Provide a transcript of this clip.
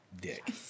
dick